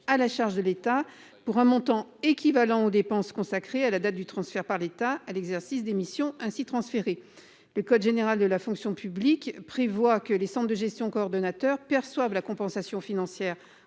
à la charge de l'État pour un montant équivalent aux dépenses consacrées à la date du transfert par l'État à l'exercice des missions ainsi transférer du code général de la fonction publique prévoit que les cendres de gestion coordonnateur perçoivent la compensation financière